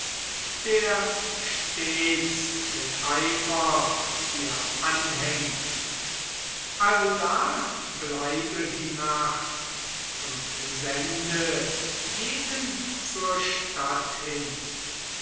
der stets mit eifer dir anhängt allda bleibe die nacht und sende jenen zur stadt hin